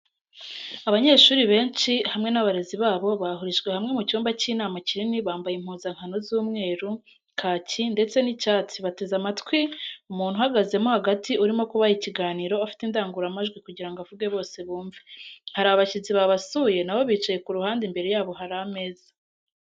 Abanyeshuri benshi hamwe n'abarezi babo bahurijwe hamwe mu cyumba cy'inama kinini bambaye impuzankano z'umweru, kaki ndetse n'icyatsi bateze amatwi umuntu uhagazemo hagati urimo kubaha ikiganiro afite indangururamajwi kugirango avuge bose bumve , hari abashyitsi babasuye nabo bicaye ku ruhande imbere yabo hari ameza.